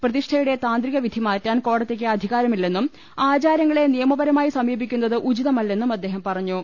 പ്രതിഷ്ഠയുടെ താന്ത്രിക വിധി മാറ്റാൻ കോടതിക്ക് അധികാരമില്ലെന്നും ആചാരങ്ങളെ നിയ മപരമായി സമീപിക്കുന്നത് ഉചിതമല്ലെന്നും അദ്ദേഹം പറഞ്ഞു